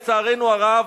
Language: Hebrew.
לצערנו הרב,